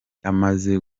amaze